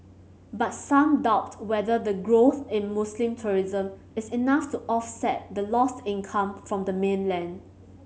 but some doubt whether the growth in Muslim tourism is enough to offset the lost income from the mainland